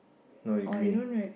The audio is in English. no in green